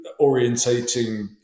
orientating